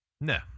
no